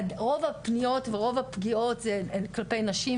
רוב הפניות ורוב הפגיעות הן כלפי נשים,